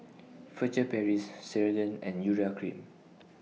Furtere Paris Ceradan and Urea Cream